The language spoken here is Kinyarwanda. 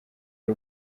ari